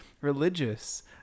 Religious